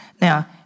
Now